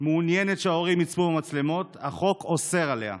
מעוניינת שההורים יצפו במצלמות, החוק אוסר עליה.